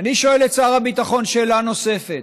אני שואל את שר הביטחון שאלה נוספת: